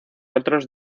otros